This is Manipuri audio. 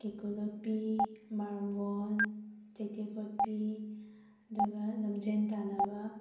ꯀꯦꯀꯨ ꯂꯣꯠꯄꯤ ꯃꯥꯔꯕꯜ ꯆꯩꯇꯦꯛ ꯀꯣꯠꯄꯤ ꯑꯗꯨꯒ ꯂꯝꯖꯦꯜ ꯇꯥꯅꯕ